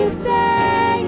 stay